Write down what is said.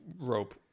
Rope